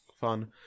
fun